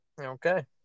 okay